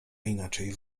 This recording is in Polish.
inaczej